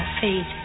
Fade